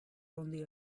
only